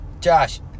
Josh